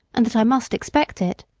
and that i must expect it.